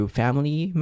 family